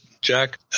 Jack